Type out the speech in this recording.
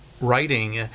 writing –